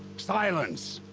silence!